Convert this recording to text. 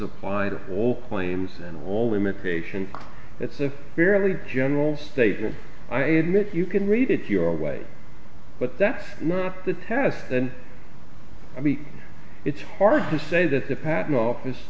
all claims and all imitation it's a very general statement i admit you can read it your way but that's not the test then i mean it's hard to say that the patent office